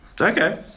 okay